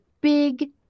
big